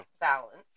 balance